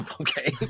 okay